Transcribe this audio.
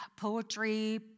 poetry